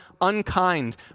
unkind